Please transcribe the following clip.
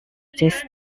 this